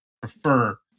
prefer